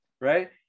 right